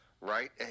right